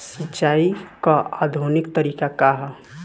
सिंचाई क आधुनिक तरीका का ह?